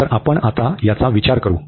तर आपण आता याचा विचार करू